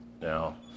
Now